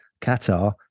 Qatar